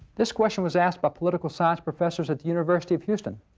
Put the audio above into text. this question was asked by political science professors at the university of houston.